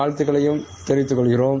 வாழ்த்துக்களையும் தெரிவித்துக் கொள்கிறோம்